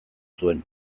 zuen